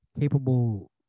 capable